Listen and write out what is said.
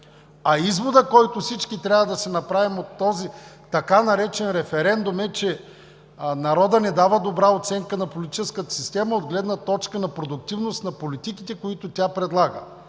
А изводът, който всички трябва да си направим от този така наречен референдум, е, че народът не дава добра оценка на политическата система от гледна точка на продуктивност на политиките, които тя предлага.